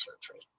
surgery